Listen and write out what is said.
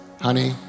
honey